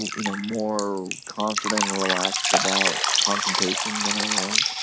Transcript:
you know, more confident and relaxed about concentration than i was.